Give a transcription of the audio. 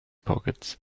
pockets